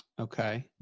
Okay